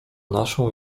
naszą